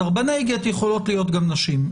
סרבני גט יכולות להיות גם נשים,